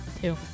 Two